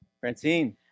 Francine